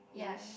ya